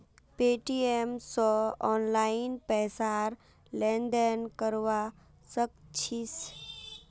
Paytm स online पैसार लेन देन करवा सक छिस